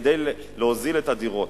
כדי להוזיל את הדירות,